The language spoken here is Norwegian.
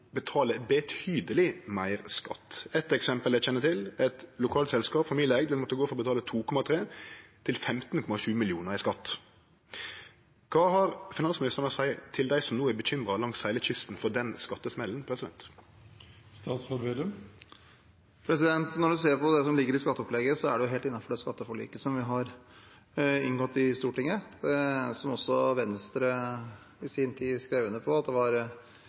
betale betydeleg meir skatt. Eit eksempel eg kjenner til, er eit lokalt familieeigd selskap, som vil måtte gå frå å betale 2,3 mill. kr til 15,7 mill. kr i skatt. Kva har finansministeren å seie til dei som no er bekymra langs heile kysten for den skattesmellen? Når en ser på det som ligger i skatteopplegget, er det helt innenfor det skatteforliket som vi har inngått i Stortinget, som også Venstre i sin